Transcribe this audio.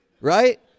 right